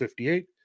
58